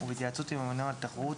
ובהתייעצות עם הממונה על התחרות,